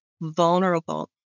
vulnerable